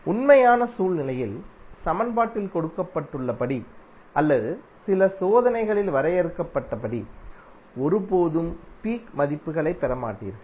உண்மையான சூழ்நிலையில் சமன்பாட்டில் கொடுக்கப்பட்டுள்ளபடி அல்லது சில சோதனைகளில் வரையறுக்கப்பட்டபடி ஒருபோதும் பீக் மதிப்புகளைப் பெற மாட்டீர்கள்